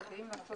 לכם.